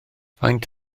faint